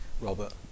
robert